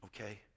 okay